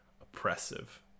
oppressive